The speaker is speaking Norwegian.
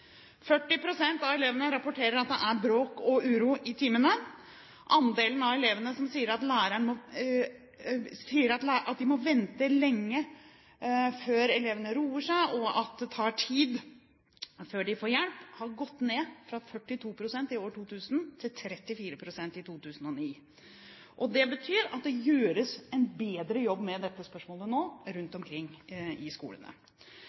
av elevene rapporterer at det er bråk og uro i timene. Andelen av elevene som sier at læreren må vente lenge før elevene roer seg, og at det tar tid før de får hjelp, har gått ned fra 42 pst. i 2000 til 34 pst. i 2009. Det betyr at det nå gjøres en bedre jobb med dette problemet rundt omkring i skolene.